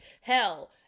Hell